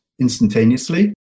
instantaneously